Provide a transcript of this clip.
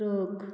truck